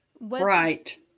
Right